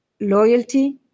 loyalty